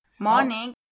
Morning